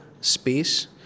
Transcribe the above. space